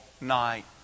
night